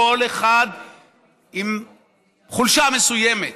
כל אחד עם חולשה מסוימת.